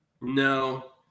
No